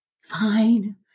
Fine